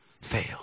fail